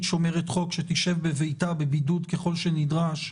שומרת חוק שתשב בביתה בבידוד ככל שנדרש,